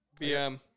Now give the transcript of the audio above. bm